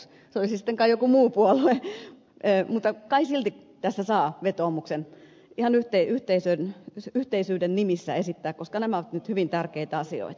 se olisi sitten kai joku muu puolue mutta kai silti tässä saa vetoomuksen ihan yhteisyyden nimissä esittää koska nämä ovat nyt hyvin tärkeitä asioita